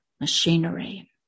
machinery